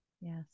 Yes